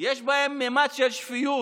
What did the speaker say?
שיש בהם ממד של שפיות,